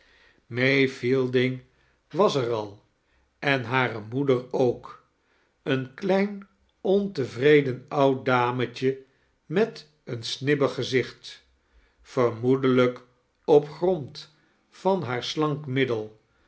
may fielding was er al en hare moeder ook een klein ontevreden oud damet je met een snibbig gezicht vermoedelijk op grond van haar slank middel